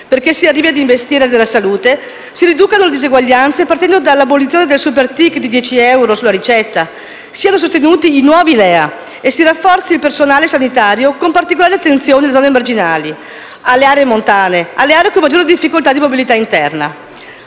perché si arrivi ad investire nella salute, si riducano le diseguaglianze, partendo dall'abolizione del superticket di 10 euro sulla ricetta, siano sostenuti i nuovi livelli essenziali di assistenza (LEA) e si rafforzi il personale sanitario, con particolare attenzione alle zone marginali, a quelle montane e a quelle o con maggiore difficoltà di mobilita interna.